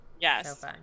Yes